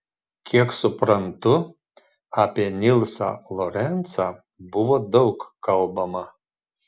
kiek suprantu apie nilsą lorencą buvo daug kalbama